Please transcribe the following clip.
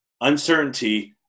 uncertainty